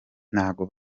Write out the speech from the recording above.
ntago